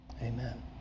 Amen